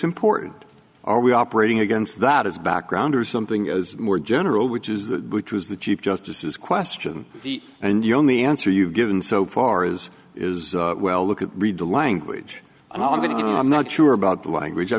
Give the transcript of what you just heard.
important are we operating against that as background or something as more general which is that which was the chief justice is question the and your only answer you've given so far as is well look at read the language i'm going to i'm not sure about the language i